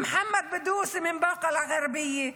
מחמוד בדוסי מבאקה אל-גרבייה,